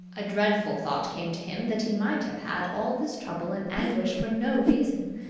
a dreadful thought came to him that he might have had all this trouble and anguish for no reason.